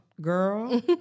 girl